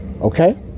Okay